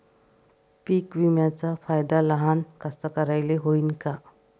पीक विम्याचा फायदा लहान कास्तकाराइले होईन का?